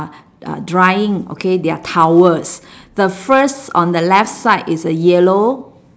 uh uh drying okay their towels the first on the left side is a yellow